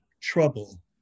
trouble